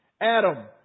Adam